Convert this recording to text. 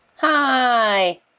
Hi